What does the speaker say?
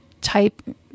type